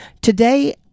Today